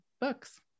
books